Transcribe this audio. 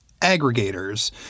aggregators